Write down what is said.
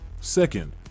Second